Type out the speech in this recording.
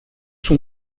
son